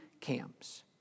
camps